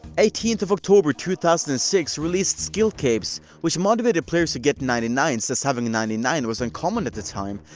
eighteenth of october two thousand and six released skillcapes which motivated players to get ninety nine s, as having a ninety nine was uncommon at the time